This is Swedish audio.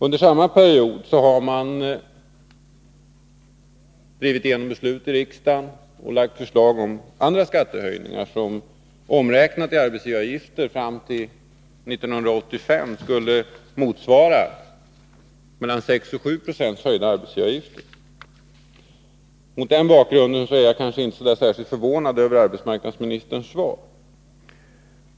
Under samma period har man drivit igenom beslut i riksdagen och lagt fram förslag om andra skattehöjningar, som omräknat i procent av arbetsgivaravgifterna fram till 1985 skulle motsvara mellan 6 och 7 Jo höjning av dessa avgifter. Mot den bakgrunden är jag inte särskilt förvånad över arbetsmarknadsministerns svar.